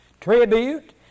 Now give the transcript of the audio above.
tribute